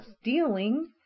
stealing